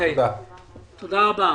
תודה רבה.